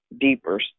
deeper